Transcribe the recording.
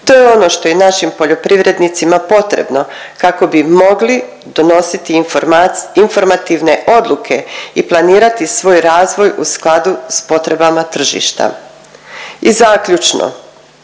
To je ono što je našim poljoprivrednicima potrebno kako bi mogli donositi informativne odluke i planirati svoj razvoj u skladu s potrebama tržišta. I zaključno,